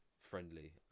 friendly